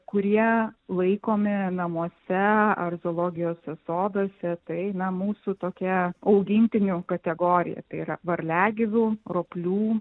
kurie laikomi namuose ar zoologijos soduose tai namų su tokia augintinių kategorija tai yra varliagyvių roplių